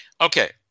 Okay